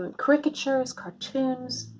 um caricatures, cartoons,